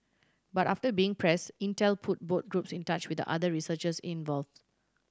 but after being pressed Intel put both groups in touch with the other researchers involved